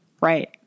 Right